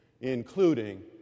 including